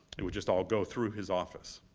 it would just all go through his office.